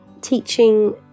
teaching